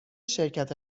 شرکت